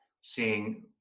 seeing